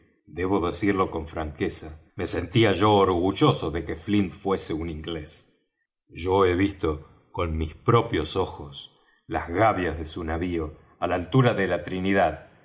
debo decirlo con franqueza me sentía yo orgulloso de que flint fuese un inglés yo he visto con mis propios ojos las gavias de su navío á la altura de la trinidad